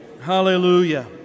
Hallelujah